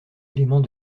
éléments